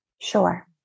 Sure